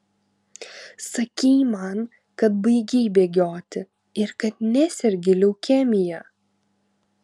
sakei man kad baigei bėgioti ir kad nesergi leukemija